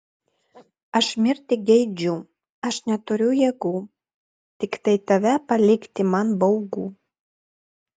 aš mirti geidžiu aš neturiu jėgų tiktai tave palikti man baugu